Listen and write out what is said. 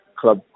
club